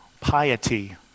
piety